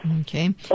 Okay